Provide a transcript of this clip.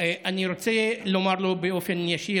אני רוצה לומר לו באופן ישיר,